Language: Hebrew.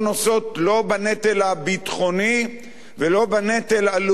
לא בנטל הביטחוני ולא בנטל הלאומי,